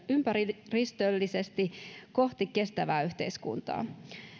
ympäristöllisesti kohti kestävää yhteiskuntaa